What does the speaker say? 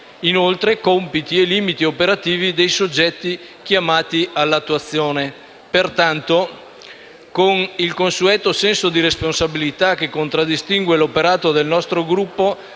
inoltre, compiti e limiti operativi dei soggetti chiamati all'attuazione. Pertanto, con il consueto senso di responsabilità che contraddistingue l'operato del nostro Gruppo,